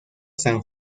san